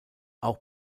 auch